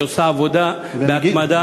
שעושה עבודה בהתמדה,